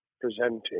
presenting